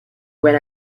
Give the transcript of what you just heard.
when